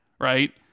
right